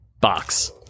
box